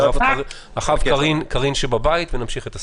אחריו קארין שבבית ונמשיך עם הסדר.